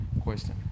question